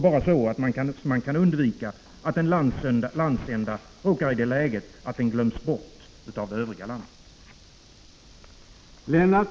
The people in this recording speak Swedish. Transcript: Bara så kan man undvika att en landsända glöms bort av det övriga landet.